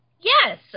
Yes